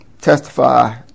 testify